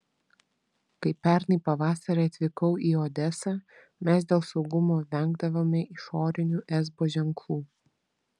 kai pernai pavasarį atvykau į odesą mes dėl saugumo vengdavome išorinių esbo ženklų